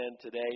today